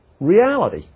reality